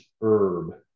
herb